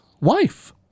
wife